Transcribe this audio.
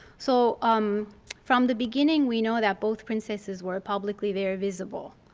so um from the beginning we know that both princesses were publicly very visible.